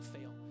fail